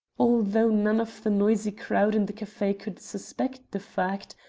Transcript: although none of the noisy crowd in the cafe could suspect the fact,